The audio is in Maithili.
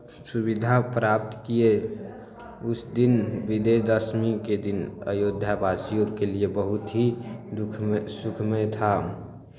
सुविधा प्राप्त किए उस दिन विजय दशमीके दिन अयोध्या वासियोँके लिए बहुत ही दुःखमय सुखमय था